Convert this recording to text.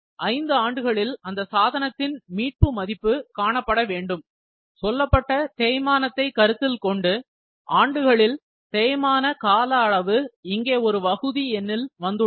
5 ஆண்டுகளில் அந்த சாதனத்தின் மீட்பு மதிப்பு காணப்பட வேண்டும் சொல்லப்பட்ட தேய்மானத்தையும் கருத்தில் கொண்டு ஆண்டுகளில் தேய்மான கால அளவு இங்கே ஒரு வகுதி எண்ணில் வந்துள்ளது